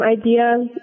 idea